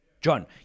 John